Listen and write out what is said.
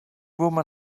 woman